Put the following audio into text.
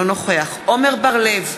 אינו נוכח עמר בר-לב,